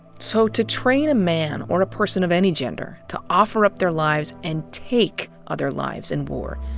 so to train a man, or a person of any gender, to offer up their lives and take other lives in war,